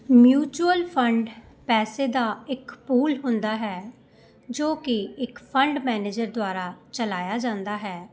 mutual fund ਪੈਸੇ ਦਾ ਇੱਕ ਪੂਲ ਹੁੰਦਾ ਹੈ ਜੋ ਕਿ ਇੱਕ ਫੰਡ ਮੇਨੇਜਰ ਦੁਆਰਾ ਚਲਾਇਆ ਜਾਂਦਾ ਹੈ